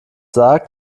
sagt